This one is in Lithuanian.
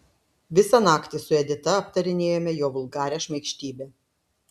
visą naktį su edita aptarinėjome jo vulgarią šmaikštybę